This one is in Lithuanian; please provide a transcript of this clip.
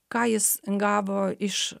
ką jis gavo iš